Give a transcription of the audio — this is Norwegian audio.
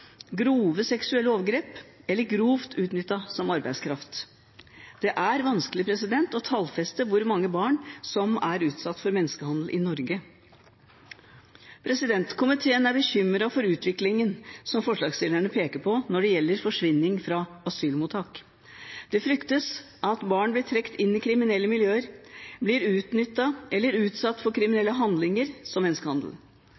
grove seksuelle overgrep eller grovt utnyttet som arbeidskraft. Det er vanskelig å tallfeste hvor mange barn som er utsatt for menneskehandel i Norge. Komiteen er bekymret over utviklingen som forslagsstillerne peker på når det gjelder forsvinning fra asylmottak. Det fryktes at barn blir trukket inn i kriminelle miljøer, utnyttet eller utsatt for